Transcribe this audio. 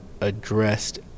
addressed